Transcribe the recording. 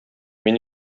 мин